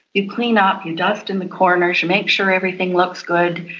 you clean up, you dust in the corners, you make sure everything looks good,